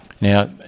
Now